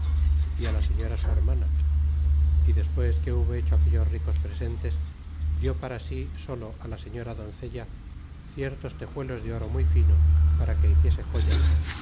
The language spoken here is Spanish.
á la señora su hermana y despues qüe hubo hecho aquellos ricos presentes diá para si solo á la señora doncella ciertos texuelos de oro muy fino para que hiciese joyas